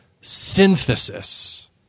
synthesis